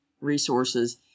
resources